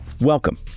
Welcome